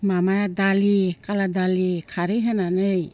माबा दालि काला दालि खारै होनानै